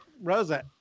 Rosa